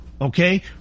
Okay